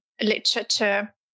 literature